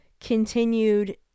continued